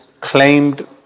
claimed